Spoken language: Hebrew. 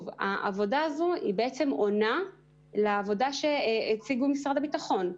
העבודה הזו בעצם עונה לעבודה שהציג משרד הביטחון,